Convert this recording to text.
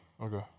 Okay